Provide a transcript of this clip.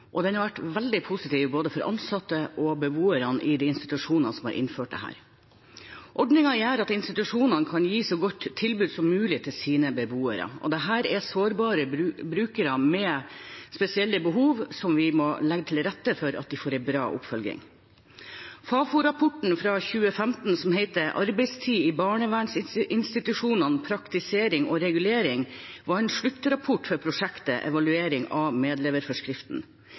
ble den permanent i 2017. Den har vært veldig positiv for både ansatte og beboere i institusjonene som har innført dette. Ordningen gjør at institusjonene kan gi et så godt tilbud som mulig til sine beboere. Dette er sårbare brukere med spesielle behov, hvor vi må legge til rette for at de får en bra oppfølging. Fafo-rapporten fra 2015, som heter «Arbeidstid i barneverninstitusjonene. Praktisering og regulering», var en sluttrapport for prosjektet «Evaluering av